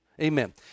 Amen